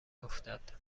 افتد